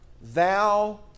thou